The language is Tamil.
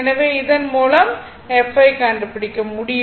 எனவே இதன் மூலம் தான் f ஐ கண்டுபிடிக்க முடியும்